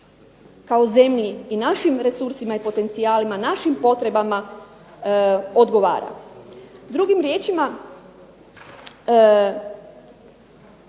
kao zemlji našim resursima i potencijalima, našim potrebama odgovara. Drugim riječima,